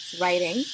writing